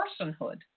personhood